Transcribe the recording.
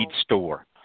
store